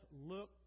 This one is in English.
look